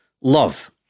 love